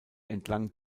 entlang